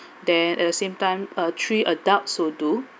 then at the same time uh three adults will do